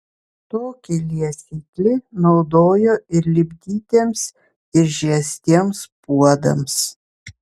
tokį liesiklį naudojo ir lipdytiems ir žiestiems puodams